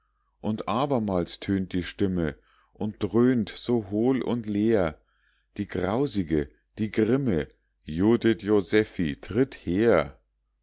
und abermals tönt die stimme und dröhnt so hohl und leer die grausige die grimme judith josephi tritt her